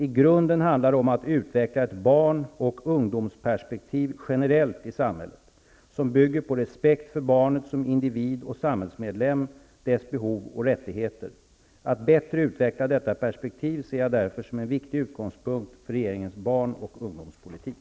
I grunden handlar det om att utveckla ett barn och ungdomsperspektiv generellt i samhället, som bygger på respekt för barnet som individ och samhällsmedlem, dess behov och rättigheter. Att bättre utveckla detta perspektiv ser jag därför som en viktig utgångspunkt för regeringens barn och ungdomspolitik.